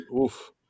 oof